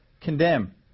Condemn